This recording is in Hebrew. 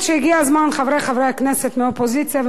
חברי חברי הכנסת מהאופוזיציה ומהקואליציה,